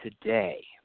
today